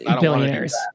billionaires